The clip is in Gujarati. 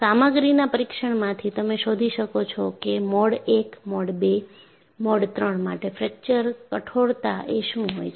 સામગ્રીના પરીક્ષણમાંથી તમે શોધી શકો છો કે મોડ I મોડ II અને મોડ III માટે ફ્રેક્ચર કઠોરતા એ શું હોય છે